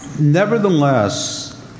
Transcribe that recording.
Nevertheless